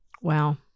wow